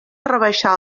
rebaixar